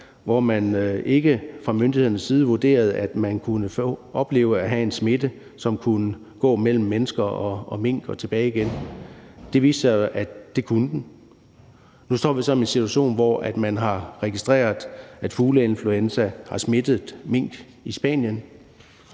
corona, at myndighederne ikke vurderede, at man kunne opleve at have en smitte, som kunne gå mellem mennesker og mink og tilbage igen, men det viste sig at være forkert, for det kunne den. Nu står vi så i en situation, hvor man har registreret, at fugleinfluenza har smittet mink i Spanien,